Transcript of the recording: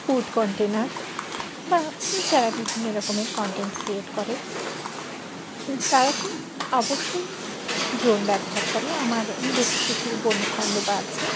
food container বা যারা বিভিন্ন রকমের কন্টেন্ট ক্রিয়েট করে তারা তো অবশ্যই ড্রোন ব্যবহার করে আমার বেশ কিছু বন্ধুবান্ধব আছে